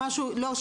כן.